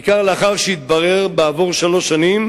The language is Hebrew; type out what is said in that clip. בעיקר לאחר שהתברר בעבור שלוש שנים